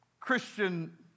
Christian